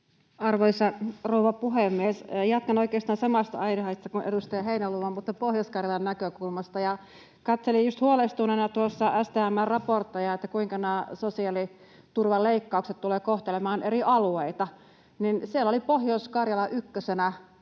Arvoisa rouva puhemies! Jatkan oikeastaan samasta aiheesta kuin edustaja Heinäluoma, mutta Pohjois-Karjalan näkökulmasta. Katselin just huolestuneena tuossa STM:n raportteja, kuinka nämä sosiaaliturvaleik-kaukset tulevat kohtelemaan eri alueita, ja siellä oli Pohjois-Karjala ykkösenä